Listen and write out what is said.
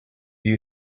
you